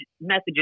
messages